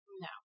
No